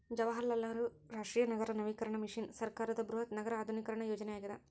ಜವಾಹರಲಾಲ್ ನೆಹರು ರಾಷ್ಟ್ರೀಯ ನಗರ ನವೀಕರಣ ಮಿಷನ್ ಸರ್ಕಾರದ ಬೃಹತ್ ನಗರ ಆಧುನೀಕರಣ ಯೋಜನೆಯಾಗ್ಯದ